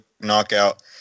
knockout